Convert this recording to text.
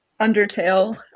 Undertale